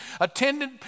attended